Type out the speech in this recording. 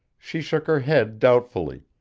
she shook her head doubtfully,